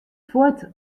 fuort